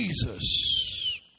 Jesus